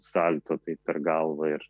salto taip per galvą ir